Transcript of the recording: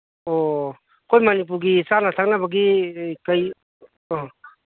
ꯑꯣ ꯑꯩꯈꯣꯏ ꯃꯅꯤꯄꯨꯔꯒꯤ ꯆꯥꯅ ꯊꯛꯅꯕꯒꯤ ꯀꯩ ꯑ